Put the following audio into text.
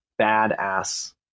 badass